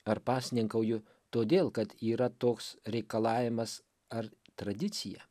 ar pasninkauju todėl kad yra toks reikalavimas ar tradicija